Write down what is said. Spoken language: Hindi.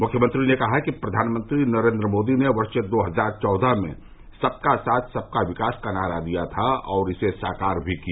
मुख्यमंत्री ने कहा कि प्रधानमंत्री नरेंद्र मोदी ने वर्ष दो हजार चौदह में सबका साथ सबका विकास का नारा दिया था और इसे साकार भी किया